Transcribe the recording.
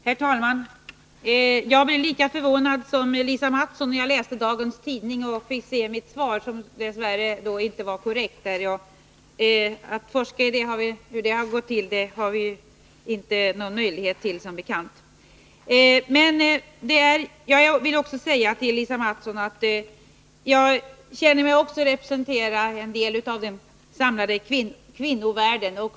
Herr talman! Jag blev lika förvånad som Lisa Mattson när jag läste dagens Tisdagen den tidning och fick se mitt svar, som dess värre inte återgivits korrekt. Att forska 25 november 1980 i hur detta har gått till har vi som bekant inte någon möjlighet till. Jag vill också säga till Lisa Mattson att även jag känner mig representera den samlade kvinnovärlden.